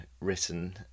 written